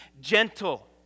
gentle